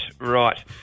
right